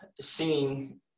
singing